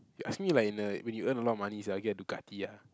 you ask me like in a when you earn a lot of money sia I get to ah